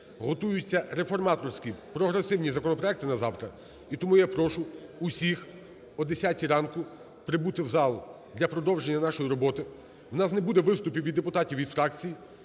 Готуються реформаторські, прогресивні законопроекти на завтра. І тому я прошу усіх о 10 ранку прибути в зал для продовження нашої роботи. У нас не буде виступів від депутатів і фракцій.